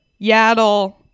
Yaddle